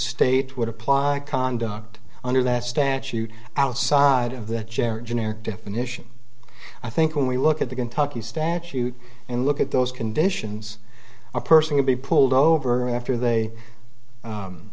state would apply conduct under that statute outside of that chair generic definition i think when we look at the kentucky statute and look at those conditions a person can be pulled over after they